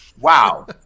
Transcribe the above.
Wow